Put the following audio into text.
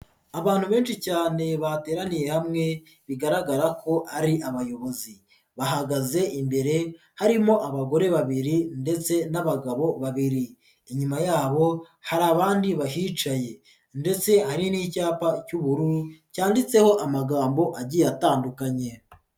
Abantu benshi cyane bateraniye hamwe bigaragara ko ari abayobozi, bahagaze imbere harimo abagore babiri ndetse n'abagabo babiri, inyuma yabo hari abandi bahicaye ndetse ahanini n'icyapa cy'ubururu, cyanditseho amagambo agiye atandukanye.